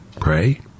pray